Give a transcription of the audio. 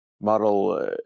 Model